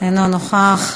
אינו נוכח,